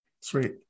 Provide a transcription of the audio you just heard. Sweet